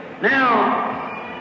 now